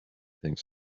things